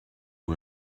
who